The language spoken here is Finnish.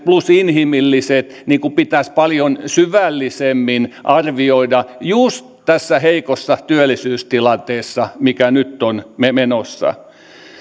plus inhimilliset vaikutukset pitäisi paljon syvällisemmin arvioida just tässä heikossa työllisyystilanteessa mikä nyt on menossa